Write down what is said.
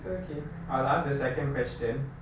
it's okay I'll ask the second question